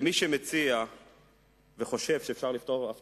מי שמציע וחושב שאפשר לפתור את בעיית